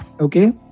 okay